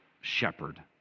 shepherd